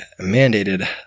mandated